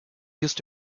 used